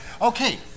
Okay